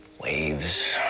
Waves